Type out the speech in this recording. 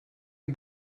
you